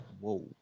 whoa